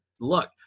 look